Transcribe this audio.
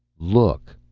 look!